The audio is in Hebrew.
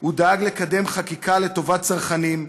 הוא דאג לקדם חקיקה לטובת צרכנים,